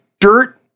dirt